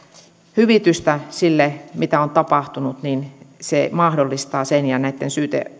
hyvitystä sille mitä on tapahtunut se mahdollistaa sen ja näitten